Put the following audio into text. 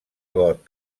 got